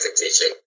teaching